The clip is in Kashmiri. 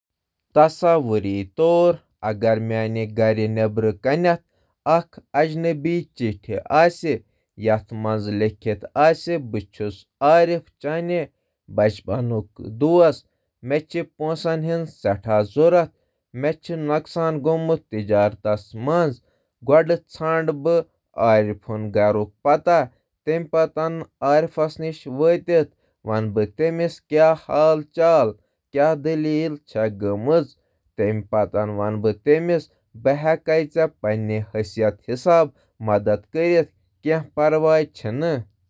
تصور کٔرِو، اگر کانٛہہ عجیٖب چِٹھۍ سٲنِس دروازس پیٚٹھ واتہِ۔ یَتھ چِٹھہِ منٛز چُھ یہِ لیٚکھنہٕ آمُت زِ بہٕ چُھس عارف، ژٕ چُھ، مےٚ چھےٚ پۄنٛسہٕ ضروٗرت تہٕ مےٚ چھِ واریاہ مسلہٕ۔ گۄڈٕ کَرٕ بہٕ عارف سُنٛد پتہ ؤچھِتھ تہٕ پرژھان زِ یہِ چِٹھہِ چھا پٔزۍ پٲٹھۍ عارف سُنٛد یا نہٕ۔